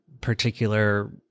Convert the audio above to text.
particular